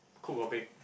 cook or bake